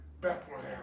Bethlehem